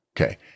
Okay